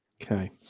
Okay